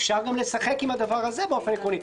אפשר גם לשחק עם זה באופן עקרוני,